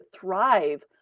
thrive